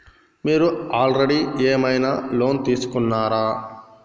మీరు ఆల్రెడీ ఏమైనా లోన్ తీసుకున్నారా?